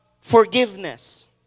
Forgiveness